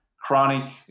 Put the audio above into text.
chronic